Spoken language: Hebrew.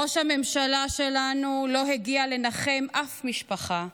ראש הממשלה שלנו לא הגיע לנחם אף משפחה.